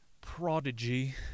Prodigy